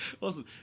awesome